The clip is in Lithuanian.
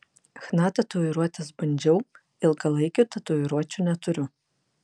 chna tatuiruotes bandžiau ilgalaikių tatuiruočių neturiu